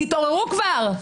תתעוררו כבר.